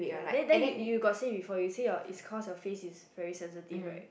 ya then then you you got say before you say your is cause your face is very sensitive right